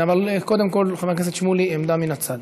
אבל קודם כול, חבר הכנסת שמולי, עמדה מן הצד.